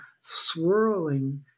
swirling